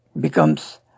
becomes